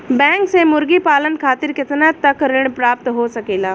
Bank से मुर्गी पालन खातिर कितना तक ऋण प्राप्त हो सकेला?